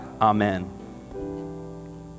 amen